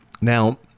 Now